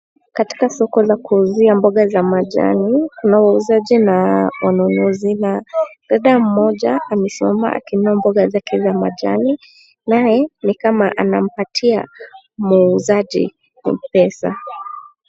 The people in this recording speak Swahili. Katika soko la kuuzia mboga za majani, kuna wauzaji na wanunuzi, na dada mmoja amesimama akinunua mboga zake za majani, naye ni kama anampatia muuzaji pesa.